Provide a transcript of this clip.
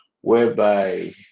whereby